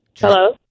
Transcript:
Hello